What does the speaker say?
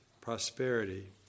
prosperity